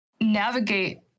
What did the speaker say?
navigate